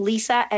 Lisa